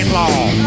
long